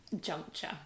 juncture